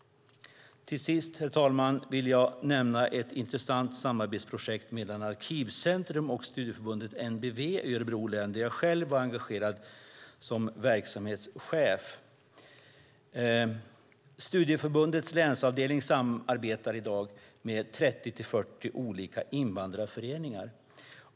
Till sist, herr talman, vill jag nämna ett intressant samarbetsprojekt mellan Arkivcentrum och Studieförbundet NBV i Örebro län där jag varit engagerad som verksamhetschef. Studieförbundets länsavdelning samarbetar i dag med 30-40 olika invandrarföreningar.